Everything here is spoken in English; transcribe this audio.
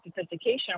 sophistication